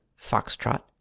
Foxtrot